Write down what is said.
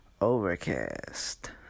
Overcast